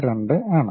22 ആണ്